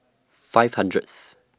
five hundredth